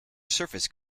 surface